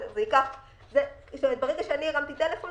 ברגע שאני הרמתי טלפון למישהו,